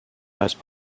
ice